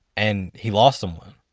and he lost someone.